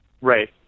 Right